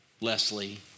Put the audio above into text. Leslie